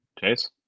Chase